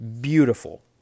beautiful